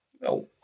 No